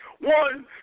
One